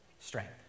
strength